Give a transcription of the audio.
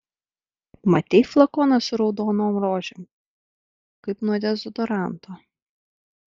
matei flakoną su raudonom rožėm kaip nuo dezodoranto